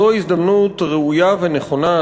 זוהי הזדמנות ראויה ונכונה,